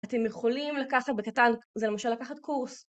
אתם יכולים לקחת בקטן, זה למשל לקחת קורס.